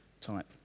type